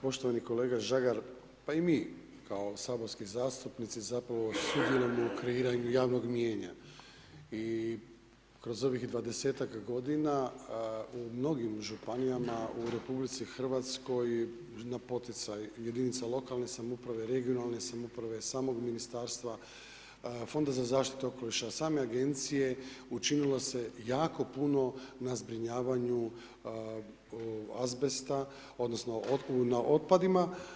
Poštovani kolega Žagar, pa i mi kao saborski zastupnici zapravo sudjelujemo u kreiranju javnog mijenja i kroz ovih 20-tak godina u mnogim županijama u Republici Hrvatskoj na poticaj jedinica lokalne samouprave, regionalne samouprave, samog ministarstva, Fonda za zaštitu okoliša, same agencije učinilo se jako puno na zbrinjavanju azbesta odnosno na otpadima.